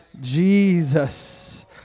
Jesus